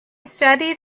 studied